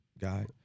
guy